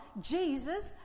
Jesus